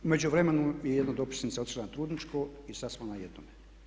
U međuvremenu je jedna dopisnica otišla na trudničko i sad smo na jednome.